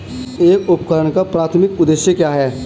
एक उपकरण का प्राथमिक उद्देश्य क्या है?